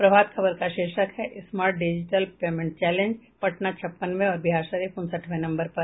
प्रभात खबर का शीर्षक है smart digital payment challenge Patna छप्पनवें और बिहारशरीफ उनसठवें नम्बर पर